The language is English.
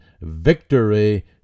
victory